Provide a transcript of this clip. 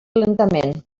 lentament